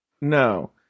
no